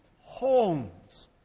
homes